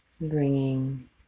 Bringing